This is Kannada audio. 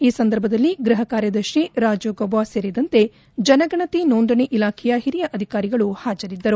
ಈ ಸಂದರ್ಭದಲ್ಲಿ ಗ್ರಹಕಾರ್ಯದರ್ತಿ ರಾಜು ಗೌಬ ಸೇರಿದಂತೆ ಜನಗಣತಿ ನೊಂದಣಿ ಇಲಾಖೆಯ ಹಿರಿಯ ಅಧಿಕಾರಿಗಳು ಹಾಜರಿದ್ದರು